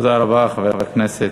תודה רבה לחבר הכנסת.